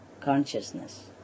consciousness